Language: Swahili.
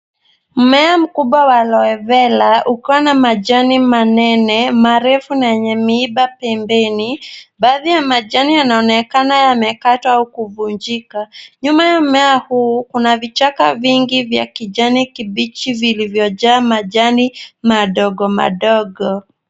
Mmea mkubwa wa aloe vera ukiwa na majani manene marefu na yenye miiba pembeni. Baadhi ya majani yanaonekana yamekatwa au kuvunjika. Nyuma ya mmea huu, kuna vichaka vingi vya kijani kibichi zilizojaa majani madogo madogo.